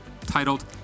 titled